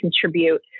contribute